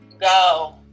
Go